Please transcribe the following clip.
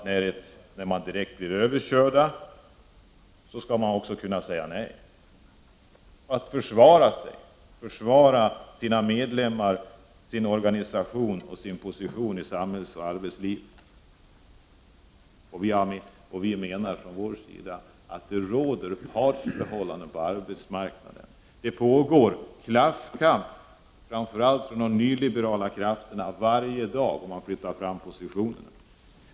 När de direkt blir överkörda skall de också kunna säga nej och försvara sina medlemmar, sin organisation och sin position i samhällsoch arbetslivet. Vi menar att det råder partsförhållanden på arbetsmarknaden. Det pågår klasskamp, framför allt från de nyliberala krafternas sida, och man flyttar fram positionerna.